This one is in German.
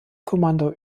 kommando